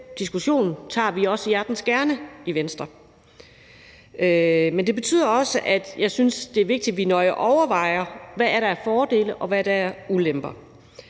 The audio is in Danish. diskussion tager vi i Venstre også hjertens gerne. Men det betyder også, at jeg synes, det er vigtigt, at vi nøje overvejer: Hvad er der af fordele, og hvad er der af ulemper?